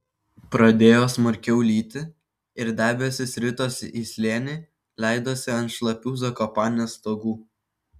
pradėjo smarkiau lyti ir debesys ritosi į slėnį leidosi ant šlapių zakopanės stogų